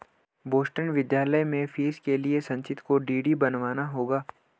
Boston विश्वविद्यालय में fees के लिए संचित को डी.डी बनवाना होगा